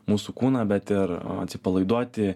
mūsų kūną bet ir atsipalaiduoti